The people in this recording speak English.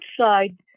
outside